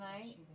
tonight